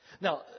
Now